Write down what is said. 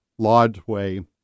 Lodgeway